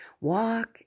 Walk